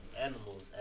animals